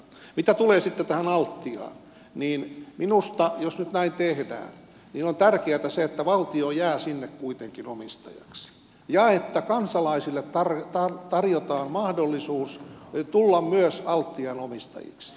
mitä tulee sitten tähän altiaan niin minusta jos nyt näin tehdään on tärkeätä se että valtio jää sinne kuitenkin omistajaksi ja että kansalaisille tarjotaan mahdollisuus tulla myös altian omistajiksi